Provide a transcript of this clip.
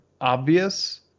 obvious